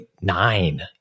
nine